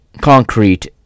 concrete